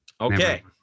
Okay